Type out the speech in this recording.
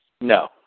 No